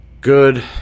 Good